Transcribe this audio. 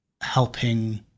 helping